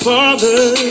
Father